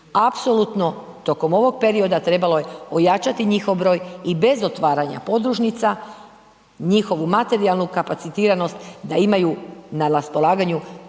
Apsolutno tokom ovog perioda trebalo je ojačati njihov broj i bez otvaranja podružnica, njihovu materijalnu kapacitiranost da imaju na raspolaganju